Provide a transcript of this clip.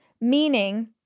meaning